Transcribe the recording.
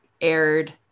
aired